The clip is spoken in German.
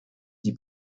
die